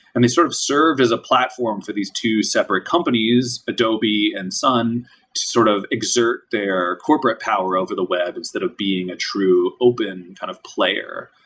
and they sort of served as a platform for these two separate companies, adobe and sun to sort of exert their corporate power over the web instead of being a true open and kind of player.